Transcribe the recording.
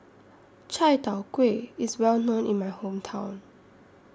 Chai Tow Kway IS Well known in My Hometown